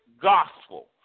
gospel